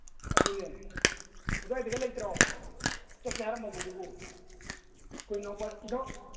ꯑꯗꯨꯅꯦ ꯑꯗꯥꯏꯗꯒ ꯂꯩꯇ꯭ꯔꯣ ꯆꯠꯁꯦ ꯍꯥꯏꯔꯝꯕ ꯃꯤꯗꯨꯕꯨ ꯑꯩꯈꯣꯏ ꯏꯅꯥꯎꯄꯥ